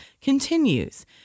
continues